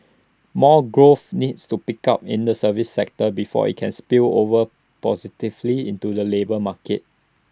more growth needs to pick up in the services sector before IT can spill over positively into the labour market